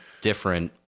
different